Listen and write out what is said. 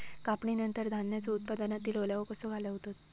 कापणीनंतर धान्यांचो उत्पादनातील ओलावो कसो घालवतत?